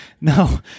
No